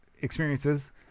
experiences